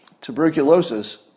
tuberculosis